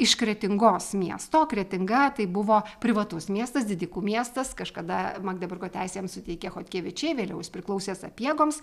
iš kretingos miesto o kretinga tai buvo privatus miestas didikų miestas kažkada magdeburgo teisę jam suteikė chodkevičiai vėliau jis priklausė sapiegoms